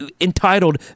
entitled